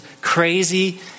crazy